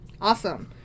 Awesome